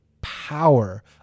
power